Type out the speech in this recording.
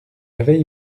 avaient